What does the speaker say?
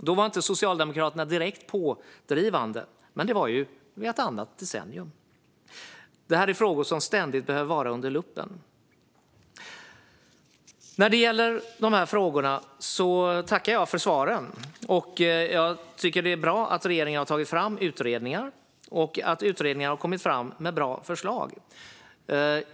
Då var inte Socialdemokraterna direkt pådrivande, men det var ju i ett annat decennium. Det här är frågor som ständigt behöver vara under luppen. Jag tackar för svaren. Jag tycker att det är bra att regeringen har tagit fram utredningar och att utredningarna har lagt fram bra förslag.